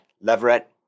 Leverett